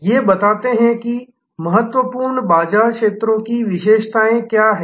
ये बताते हैं कि महत्वपूर्ण बाजार क्षेत्रों की विशेषताएं क्या हैं